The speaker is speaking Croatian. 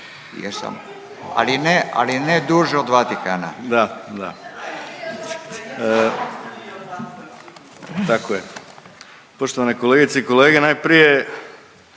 ali ne duže od Vatikana./…